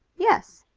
yes.